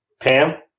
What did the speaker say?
Pam